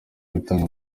gutanga